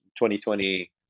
2020